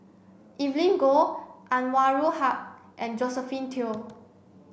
Evelyn Goh Anwarul Haque and Josephine Teo